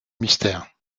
mystère